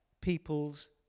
people's